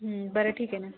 बरं ठीक आहे ना